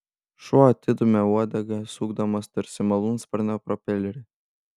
šuo atidūmė uodegą sukdamas tarsi malūnsparnio propelerį